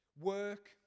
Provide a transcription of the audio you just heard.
work